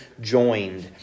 joined